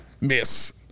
miss